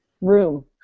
Room